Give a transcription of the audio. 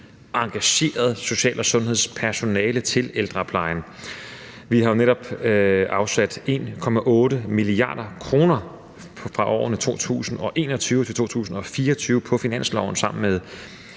engageret social- og sundhedspersonale til ældreplejen. Vi har netop afsat 1,8 mia. kr. for årene 2021-2024 på finansloven, sammen med